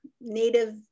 Native